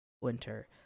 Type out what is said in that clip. winter